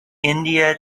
india